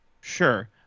sure